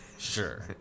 Sure